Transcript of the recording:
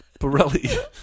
Pirelli